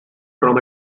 from